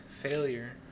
failure